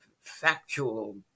factual